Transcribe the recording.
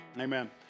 Amen